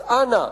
אז אנא,